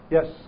Yes